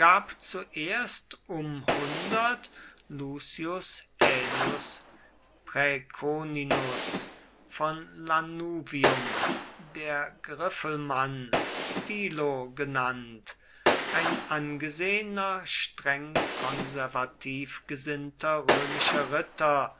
zuerst um lucius aelius praeconinus von lanuvium der griffelmann stilo genannt ein angesehener streng konservativ gesinnter römischer ritter